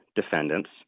defendants